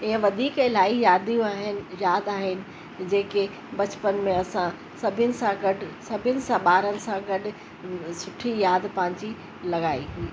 इहे वधीक इलाही यादूं आहिनि याद आहिनि जेके बचपन में असां सभिनी सां गॾु सभिनी सां ॿारनि सां गॾु सुठी याद पंहिंजी लॻाई हुई